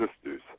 sisters